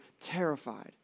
terrified